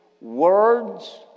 words